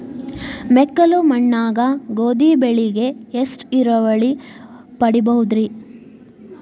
ಮೆಕ್ಕಲು ಮಣ್ಣಾಗ ಗೋಧಿ ಬೆಳಿಗೆ ಎಷ್ಟ ಇಳುವರಿ ಪಡಿಬಹುದ್ರಿ?